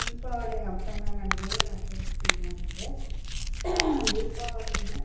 ದೀಪಾವಳಿ ಹಬ್ಬ ನಾವು ಹೇಗೆ ಆಚರಿಸ್ತೀವಿ ಅಂದರೆ ದೀಪಾವಳಿಗೆ